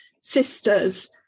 sisters